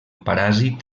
paràsit